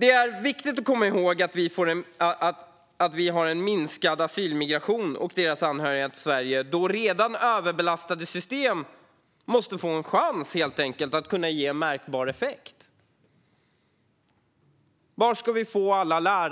Det är viktigt att vi får en minskad migration av asylsökande och deras anhöriga till Sverige då redan överbelastade system måste få en chans att ge märkbar effekt. Var ska vi få alla